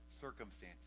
circumstances